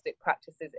practices